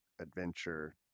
Adventure